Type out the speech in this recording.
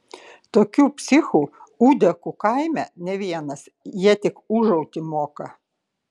tokių psichų ūdekų kaime ne vienas jie tik ūžauti moka